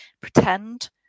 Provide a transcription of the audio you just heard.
pretend